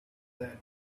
that